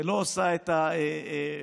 ולא עושה את ה-100%.